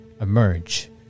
emerge